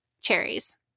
cherries